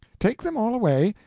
take them all away,